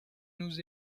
nous